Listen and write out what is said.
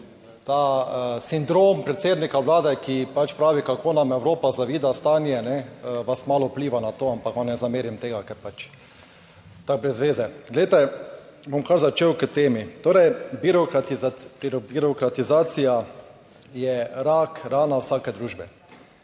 ta sindrom predsednika Vlade, ki pač pravi, kako nam Evropa zavida stanje, vas malo vpliva na to, ampak vam ne zamerim tega, ker pač to je brez veze. Glejte, bom kar začel k temi. Torej, birokratizacija je rak rana vsake družbe